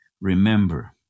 Remember